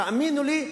תאמינו לי,